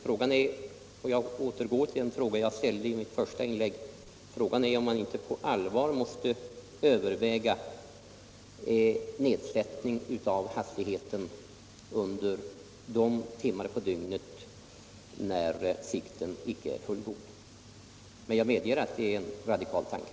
Frågan är — jag återgår till den fråga jag ställde i mitt första inlägg — om man inte på allvar måste överväga nedsättning av hastigheten under de timmar på dygnet då sikten icke är fullgod. Men jag medger att det är en radikal tanke.